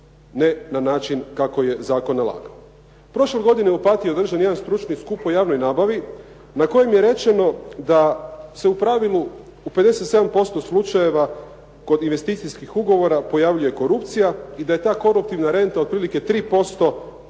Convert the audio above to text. ne na način kako je zakon nalagao. Prošle godine u Opatiji je održan jedan stručni skup o javnoj nabavi na kojem je rečeno da se u pravilu u 57% slučajeva kod investicijskih ugovora pojavljuje korupcija i da je ta koruptivna renta otprilike 3%